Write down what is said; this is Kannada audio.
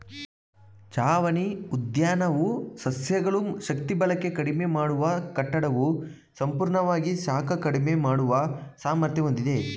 ಛಾವಣಿ ಉದ್ಯಾನವು ಸಸ್ಯಗಳು ಶಕ್ತಿಬಳಕೆ ಕಡಿಮೆ ಮಾಡುವ ಕಟ್ಟಡವು ಸಂಪೂರ್ಣವಾಗಿ ಶಾಖ ಕಡಿಮೆ ಮಾಡುವ ಸಾಮರ್ಥ್ಯ ಹೊಂದಿವೆ